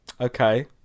Okay